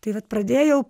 tai vat pradėjau